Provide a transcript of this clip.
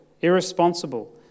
irresponsible